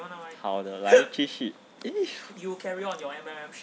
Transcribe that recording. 好的来继续 !ee!